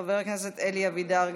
חבר הכנסת אלי אבידר,